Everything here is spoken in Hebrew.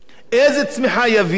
איזה צמיחה יביאו.